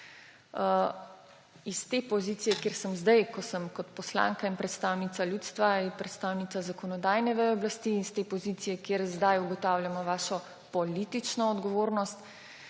S te pozicije, kjer sem zdaj, ko sem poslanka in predstavnica ljudstva in predstavnica zakonodajne veje oblasti, in s te pozicije, kjer zdaj ugotavljamo vašo politično odgovornost,